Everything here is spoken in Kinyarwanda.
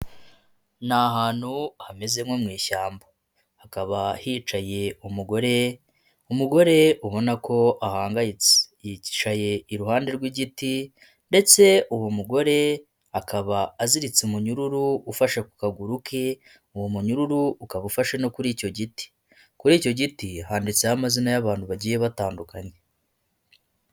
Ni ahantu hameze nko mu ishyamba hakaba hicaye umugore, umugore ubona ko ahangayitse. Yicaye iruhande rw'igiti ndetse uwo mugore akaba aziritse umunyururu ufashe ku kaguru ke, uwo munyururu ukaba ufashe no kuri icyo giti. Kuri icyo giti handitseho amazina y'abantu bagiye batandukanye.